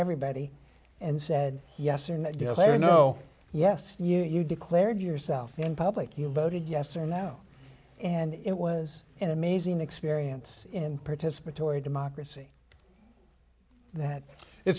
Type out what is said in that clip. everybody and said yes or no deal or no yes you declared yourself in public you voted yes or no and it was an amazing experience in participatory democracy that it